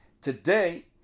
Today